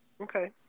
okay